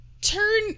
turn